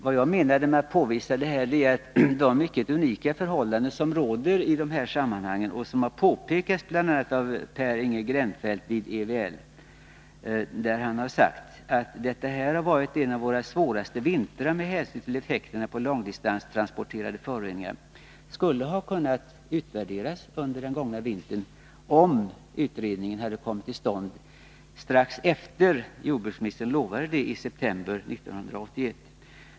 Vad jag vill påvisa är de unika förhållanden som råder i de här sammanhangen. De har påpekats av bl.a. Peringe Grennfelt vid IVL. Han har sagt att denna vinter har varit en av de svåraste med hänsyn till effekterna av långdistanstransporterade föroreningar. De skulle ha kunnat utvärderas under den gångna vintern, om utredningen hade kommit till stånd strax efter det att jordbruksministern lovade det i september 1981.